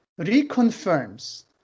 reconfirms